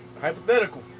Hypothetical